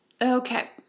Okay